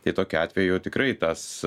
tai tokiu atveju tikrai tas